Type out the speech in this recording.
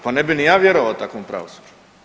Pa ne bih ni ja vjerovao takvom pravosuđu.